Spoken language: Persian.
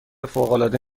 فوقالعاده